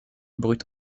brute